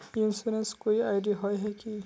Insurance कोई ID होय है की?